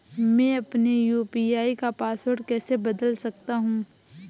मैं अपने यू.पी.आई का पासवर्ड कैसे बदल सकता हूँ?